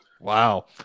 Wow